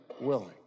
willing